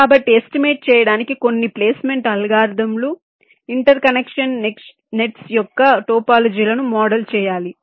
కాబట్టి ఎస్టిమేట్ చేయడానికి కొన్ని ప్లేస్మెంట్ అల్గోరిథంలు ఇంటర్కనెక్షన్ నెట్స్ యొక్క టోపోలాజీలను మోడల్ చేయాలి